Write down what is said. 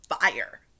fire